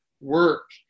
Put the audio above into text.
work